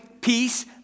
peace